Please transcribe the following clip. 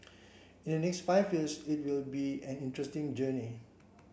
in the next five years it will be an interesting journey